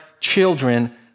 children